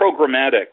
programmatic